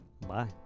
Bye